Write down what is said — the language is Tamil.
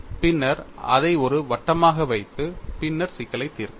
பின்னர் அதை ஒரு வட்டமாக வைத்து பின்னர் சிக்கலை தீர்க்கவும்